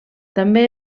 també